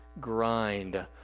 grind